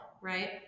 Right